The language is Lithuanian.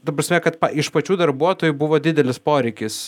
ta prasme kad iš pačių darbuotojų buvo didelis poreikis